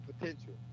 potential